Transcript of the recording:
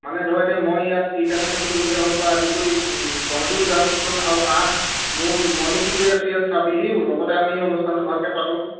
মানে ধৰা এতিয়া মই ইয়াত কি কাৰণে থাকিবলগীয়া হ'ল পৰা আদি কৰি তহঁতিও জানচোন আউ আহ মোৰ মইনো কি কৰি আছোঁ ইয়াত চাবিহি লগতে আমি এই অনুষ্ঠানটো ভালকে পাতোঁ